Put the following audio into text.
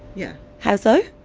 yeah how so?